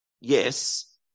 Yes